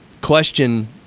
question